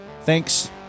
Thanks